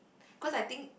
because I think